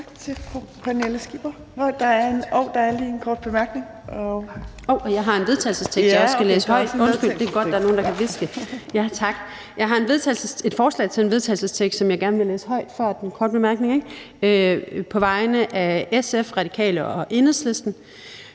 Jeg har et forslag til vedtagelse, som jeg gerne vil læse højt på vegne af SF, Radikale og Enhedslisten: